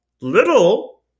little